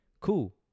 cool